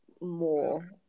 more